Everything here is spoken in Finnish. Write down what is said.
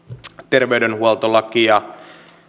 terveydenhuoltolakia